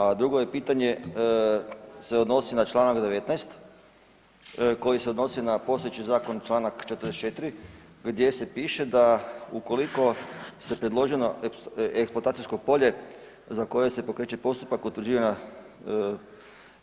A drugo je pitanje se odnosi na čl. 19. koji se odnosni na postojeći zakon čl. 44. gdje se piše da ukoliko se predloženo eksploatacijsko polje za koje se pokreće postupak utvrđivanja